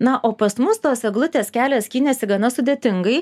na o pas mus tos eglutės kelią skynėsi gana sudėtingai